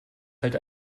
halt